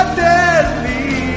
deadly